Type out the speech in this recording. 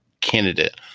candidate